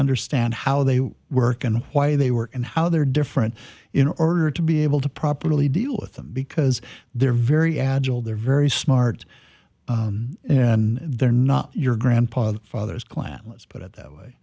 understand how they work and why they were and how they're different in order to be able to properly deal with them because they're very agile they're very smart and they're not your grandpa's father's clan let's put it that way